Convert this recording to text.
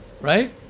Right